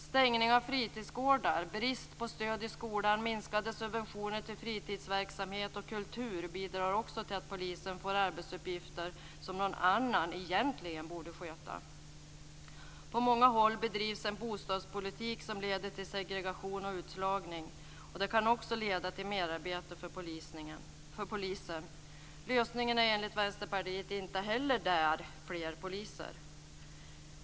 Stängning av fritidsgårdar, brist på stöd i skolan och minskade subventioner till fritidsverksamhet och kultur bidrar också till att polisen får arbetsuppgifter som någon annan egentligen borde sköta. På många håll bedrivs en bostadspolitik som leder till segregation och utslagning. Det kan också leda till merarbete för polisen. Lösningen är enligt Vänsterpartiet inte heller där fler poliser.